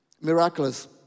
miraculous